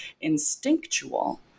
instinctual